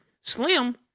slim